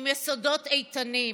עם יסודות איתנים.